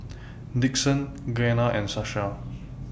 Dixon Gena and Sasha